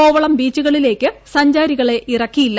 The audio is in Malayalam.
കോവളം ബീച്ചുകളിലേക്ക് സഞ്ചാരികളെ ഇറക്കിയില്ല